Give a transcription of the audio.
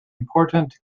important